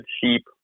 sheep